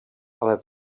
ale